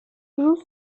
rus